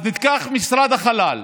אז ניקח את משרד החלל,